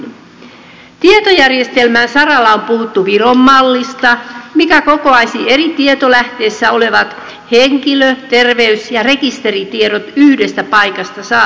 tietojärjestelmän saralla on puhuttu viron mallista joka kokoaisi eri tietolähteissä olevat henkilö terveys ja rekisteritiedot yhdestä paikasta saataviksi